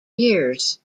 years